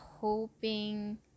hoping